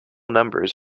numbers